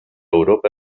europa